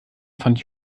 fand